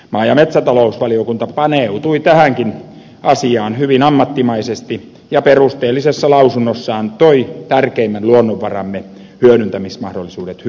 maa ja metsätalousvaliokunta paneutui tähänkin asiaan hyvin ammattimaisesti ja perusteellisessa lausunnossaan toi tärkeimmän luonnonvaramme hyödyntämismahdollisuudet hyvin esille